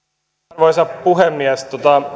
arvoisa puhemies täytyy